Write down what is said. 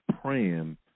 praying